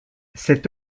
cet